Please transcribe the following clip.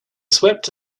swept